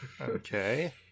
Okay